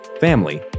family